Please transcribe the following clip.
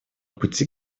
пути